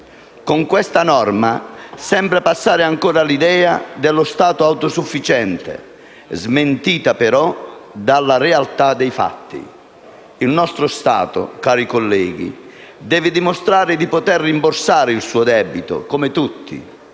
Con questa norma sembra passare ancora l'idea dello Stato autosufficiente, smentita però dalla realtà dei fatti. Cari colleghi, il nostro Stato deve dimostrare di poter rimborsare il suo debito, come tutti,